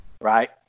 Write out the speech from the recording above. right